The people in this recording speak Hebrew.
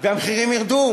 והמחירים ירדו?